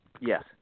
Yes